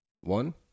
one